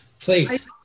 please